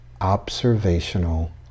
observational